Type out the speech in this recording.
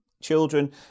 children